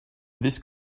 this